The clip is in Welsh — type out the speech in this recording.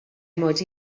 mod